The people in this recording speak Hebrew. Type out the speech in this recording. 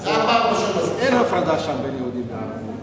אין הפרדה שם בין יהודים לערבים,